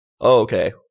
Okay